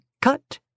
cut